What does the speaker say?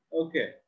Okay